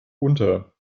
unter